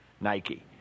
Nike